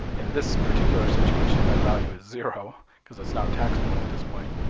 in this particular situation that value is zero because it's not taxable at this point.